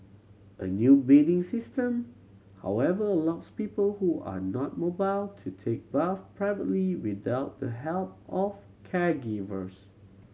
a new bathing system however allows people who are not mobile to take bath privately without the help of caregivers